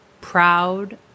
proud